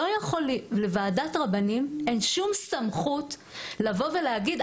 לוועדת רבנים אין שום סמכות לבוא ולהגיד,